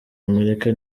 amerika